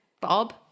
Bob